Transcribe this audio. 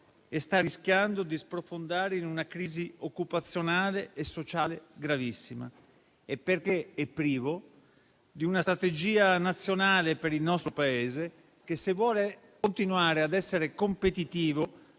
e sta rischiando di sprofondare in una crisi occupazionale e sociale gravissima; inoltre, perché è privo di una strategia nazionale per il nostro Paese che, se vuole continuare a essere competitivo